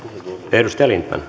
arvoisa